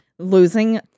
Losing